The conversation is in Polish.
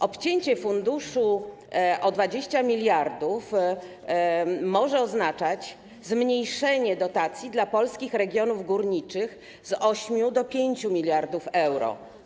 Obcięcie funduszu o 20 mld może oznaczać zmniejszenie dotacji dla polskich regionów górniczych z 8 do 5 mld euro.